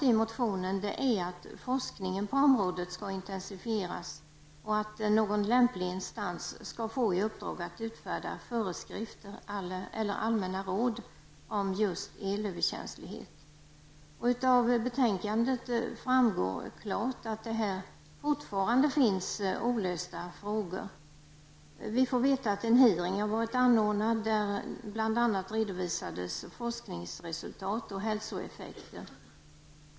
I motionen krävs att forskningen på området skall intensifieras och att någon lämplig instans skall få i uppdrag att utfärda föreskrifter eller allmänna råd om elöverkänslighet. Av betänkandet framgår klart att det här finns olösta frågor. En hearing har varit anordnad där det bl.a. redovisades forskningsresultat och hälsoeffekter.